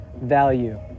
value